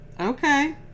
Okay